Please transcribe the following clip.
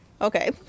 Okay